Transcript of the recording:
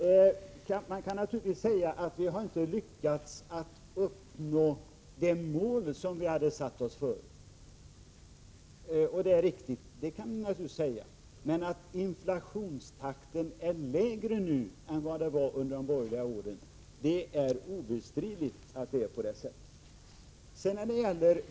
Man kan naturligtvis säga att vi inte har lyckats uppnå det mål som vi hade satt oss före — det är riktigt. Men att inflationstakten är lägre nu än vad den var under de borgerliga åren är ändå obestridligt.